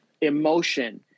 emotion